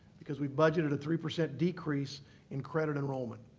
because we budgeted a three percent decrease in credit enrollment.